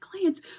clients